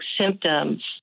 symptoms